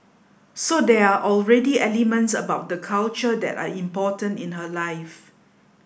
so there are already elements about the culture that are important in her life